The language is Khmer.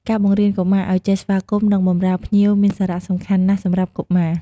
ការបង្រៀនកុមារឲ្យចេះស្វាគមន៍ និងបម្រើភ្ញៀវមានសារៈសំខាន់ណាស់សម្រាប់កុមារ។